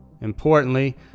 Importantly